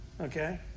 Okay